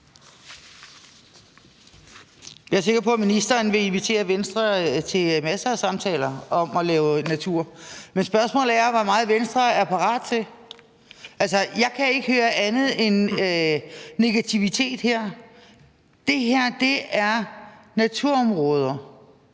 Jeg er sikker på, at ministeren vil invitere Venstre til masser af samtaler om naturen. Men spørgsmålet er, hvor meget Venstre er parat til. Jeg kan ikke høre andet end negativitet. Det her er naturområder,